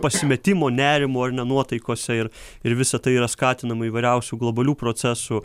pasimetimo nerimo ar ne nuotaikose ir ir visa tai yra skatinama įvairiausių globalių procesų